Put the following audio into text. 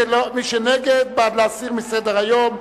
מי שנגד, בעד להסיר מסדר-היום.